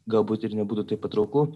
galbūt ir nebūtų taip patrauklu